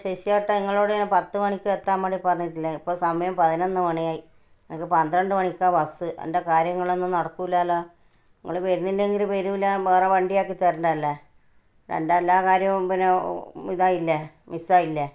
ശശിയേട്ടാ നിങ്ങളോട് ഞാന് പത്ത് മണിക്ക് എത്താന് വേണ്ടി പറഞ്ഞിട്ടില്ലെ ഇപ്പം സമയം പതിനൊന്ന് മണിയായി എനിക്ക് പന്ത്രണ്ട് മണിക്കാ ബസ്സ് എന്റെ കാര്യങ്ങളൊന്നും നടക്കൂല്ലല്ലോ നിങ്ങൾ വരുന്നില്ലെങ്കിൽ വരൂല്ല വേറെ വണ്ടി ആക്കി തരേണ്ടെയല്ലേ എന്റെ എല്ലാ കാര്യവും പിന്നെ ഇതായില്ലേ മിസ്സായില്ലേ